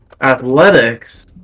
Athletics